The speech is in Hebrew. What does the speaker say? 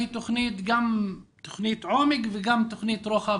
היא תוכנית עומק וגם תוכנית רוחב.